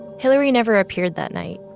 hillary never appeared that night,